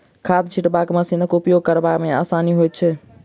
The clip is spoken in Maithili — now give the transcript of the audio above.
खाद छिटबाक मशीनक उपयोग करबा मे आसानी होइत छै